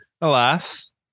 alas